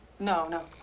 no, no.